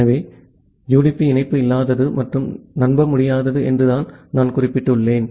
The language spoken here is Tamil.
எனவே யுடிபி இணைப்பு இல்லாதது மற்றும் நம்பமுடியாதது என்று நான் குறிப்பிட்டுள்ளேன்